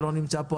שלא נמצא פה,